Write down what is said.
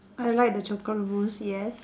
I like the chocolate mousse yes